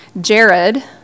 Jared